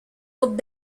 autres